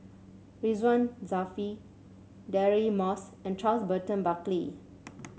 Ridzwan Dzafir Deirdre Moss and Charles Burton Buckley